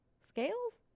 scales